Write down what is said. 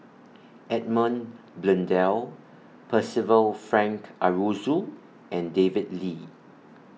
Edmund Blundell Percival Frank Aroozoo and David Lee